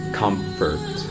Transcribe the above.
comfort